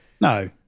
no